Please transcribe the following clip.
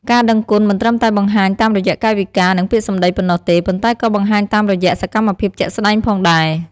ការដឹងគុណមិនត្រឹមតែបង្ហាញតាមរយៈកាយវិការ និងពាក្យសម្ដីប៉ុណ្ណោះទេ ប៉ុន្តែក៏បង្ហាញតាមរយៈ សកម្មភាពជាក់ស្ដែង ផងដែរ។